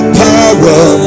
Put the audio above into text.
power